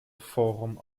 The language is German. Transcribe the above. forum